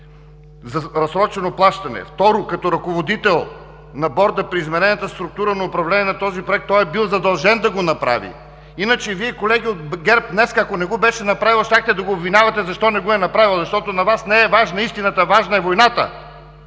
за разсрочено плащане. Второ, като ръководител на Борда при изменената структура на управление на този проект, той е бил задължен да го направи. Иначе, колеги от ГЕРБ, ако не го беше направил, днес щяхте да го обвинявате защо не го е направил. Защото за Вас не е важна истината, важна е войната,